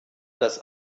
das